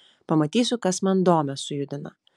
pamatysiu kas man domę sujudina